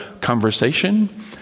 conversation